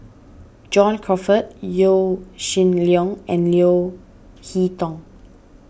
John Crawfurd Yaw Shin Leong and Leo Hee Tong